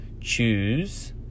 Choose